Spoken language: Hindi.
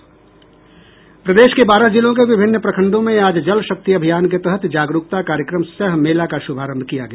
प्रदेश के बारह जिलों के विभिन्न प्रखंडों में आज जलशक्ति अभियान के तहत जागरूकता कार्यक्रम सह मेला का श्रभारंभ किया गया